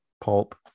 pulp